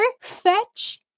fetch